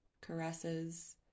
caresses